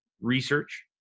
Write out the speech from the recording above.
research